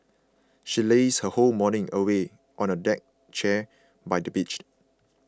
she lazed her whole morning away on a deck chair by the beach